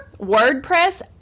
wordpress